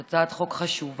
זאת הצעת חוק חשובה.